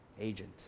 agent